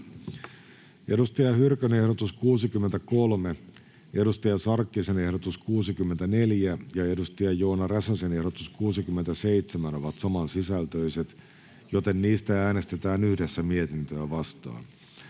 Saara Hyrkön ehdotus 9, Hanna Sarkkisen ehdotus 19 ja Joona Räsäsen ehdotus 73 ovat saman sisältöisiä, joten niistä äänestetään yhdessä mietintöä vastaan.